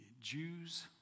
Jews